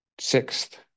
Sixth